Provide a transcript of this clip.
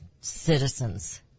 citizens